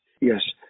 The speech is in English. yes